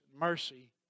mercy